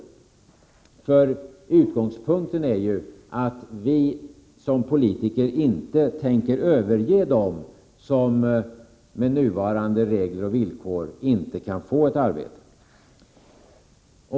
Utgångspunkten är att vi som politiker inte tänker överge dem som med nuvarande regler och villkor inte kan få ett arbete.